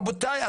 רבותיי,